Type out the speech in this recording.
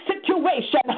situation